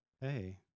Hey